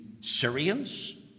Syrians